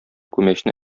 күмәчне